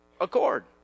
accord